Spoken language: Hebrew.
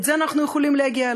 לזה אנחנו יכולים להגיע.